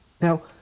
Now